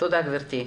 תודה גבירתי.